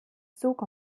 zug